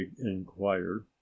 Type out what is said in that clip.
inquired